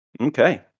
Okay